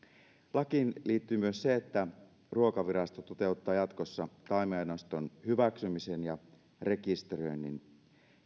lakiin liittyy myös se että ruokavirasto toteuttaa jatkossa taimiaineiston hyväksymisen ja rekisteröinnin